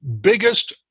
biggest